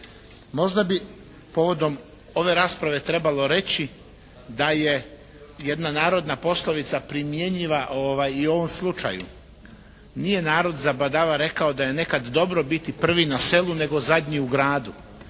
Možda bi povodom ove rasprave trebalo reći da je jedna narodna poslovnica primjenjiva i u ovom slučaju. Nije narod za badava rekao da je nekad dobro biti prvi na selu nego zadnji u gradu.